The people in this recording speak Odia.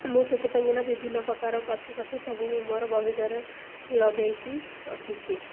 ମୁଁ ସେଥିପାଇଁକିନା ବିଭିନ୍ନ ପ୍ରକାର ଗଛ ପଛ ସବୁ ମୁଁ ମୋର ବଗିଚାରେ ଲଗାଇକି ରଖିଛି